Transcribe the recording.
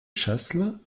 chasles